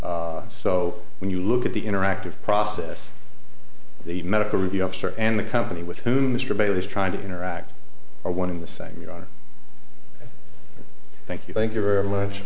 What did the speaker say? so when you look at the interactive process the medical review officer and the company with whom mr bailey is trying to interact are one in the same you are thank you thank you very much